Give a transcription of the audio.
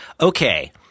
okay